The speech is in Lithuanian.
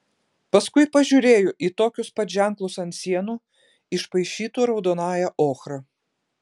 paskui pažiūrėjo į tokius pat ženklus ant sienų išpaišytų raudonąja ochra